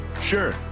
Sure